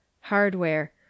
Hardware